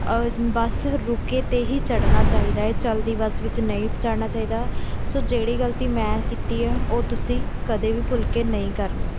ਔਰ ਬੱਸ ਰੁਕੇ 'ਤੇ ਹੀ ਚੜ੍ਹਨਾ ਚਾਹੀਦਾ ਹੈ ਚੱਲਦੀ ਬੱਸ ਵਿੱਚ ਨਹੀਂ ਚੜ੍ਹਨਾ ਚਾਹੀਦਾ ਸੋ ਜਿਹੜੀ ਗਲਤੀ ਮੈਂ ਕੀਤੀ ਹੈ ਉਹ ਤੁਸੀਂ ਕਦੇ ਵੀ ਭੁੱਲ ਕੇ ਨਹੀਂ ਕਰਨੀ